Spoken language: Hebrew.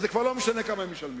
אז זה כבר לא משנה כמה הם משלמים.